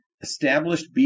established